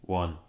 one